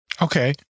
Okay